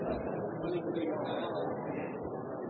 det jeg leser på